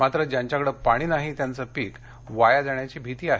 मात्र ज्यांच्याकड पाणी नाही त्यांचं पीक वाया जाण्याची भीती आहे